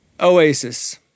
Oasis